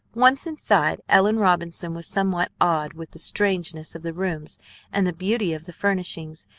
once inside, ellen robinson was somewhat awed with the strangeness of the rooms and the beauty of the furnishings,